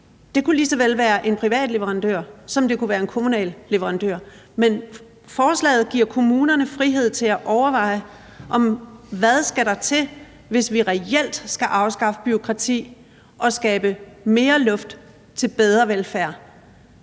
Det kunne lige så vel være en privat leverandør, som det kunne være en kommunal leverandør. Men forslaget giver kommunerne frihed til at overveje, hvad der skal til, hvis de reelt skal afskaffe bureaukrati og skabe mere luft til bedre velfærd.